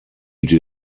you